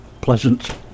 pleasant